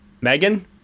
Megan